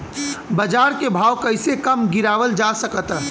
बाज़ार के भाव कैसे कम गीरावल जा सकता?